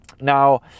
now